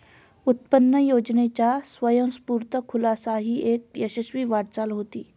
उत्पन्न योजनेचा स्वयंस्फूर्त खुलासा ही एक यशस्वी वाटचाल होती